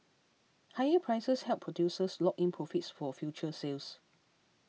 higher prices help producers lock in profits for future sales